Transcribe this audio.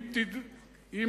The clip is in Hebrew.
מה הוא אמר על ירושלים?